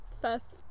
First